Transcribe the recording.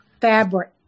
fabric